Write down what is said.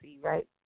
right